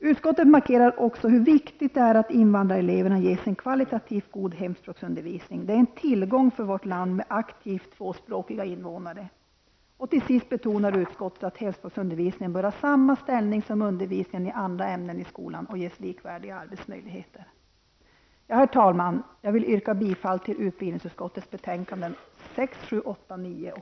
Utskottet markerar också hur viktigt det är att invandrareleverna får en kvalitativt god hemspråksundervisning. Aktivt tvåspråkiga invånare är en tillgång för vårt land. Slutligen betonar utskottet att hemspråksundervisningen bör ha samma ställning som undervisningen i andra ämnen i skolan och att det bör finnas likvärdiga arbetsmöjligheter. Herr talman! Jag yrkar bifall till utbildningsutskottets hemställan i betänkandena